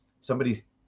somebody's